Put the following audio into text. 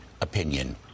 opinion